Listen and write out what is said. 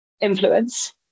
influence